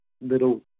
little